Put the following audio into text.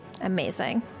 Amazing